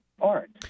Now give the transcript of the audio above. art